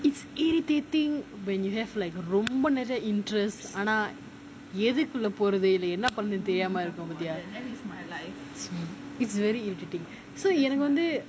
it's irritating when you have like ரொம்ப நிறைய:romba niraiya interest ஆனா எதுக்குள்ள போறது இல்ல என்ன பண்றது:aanaa ethukulla porathu illa enna pandrathu it's very irritating so எனக்கு வந்து:ennaku vanthu